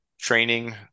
training